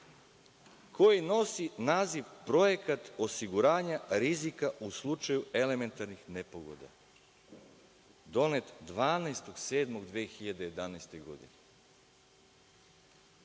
koji nosi naziv – projekat osiguranja od rizika u slučaju elementarnih nepogoda, donet 12. jula 2011. godine. Ja